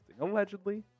Allegedly